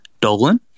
Dolan